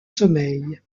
sommeil